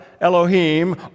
Elohim